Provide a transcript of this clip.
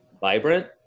vibrant